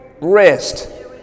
rest